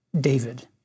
David